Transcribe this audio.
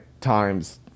times